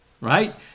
Right